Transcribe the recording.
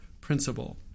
principle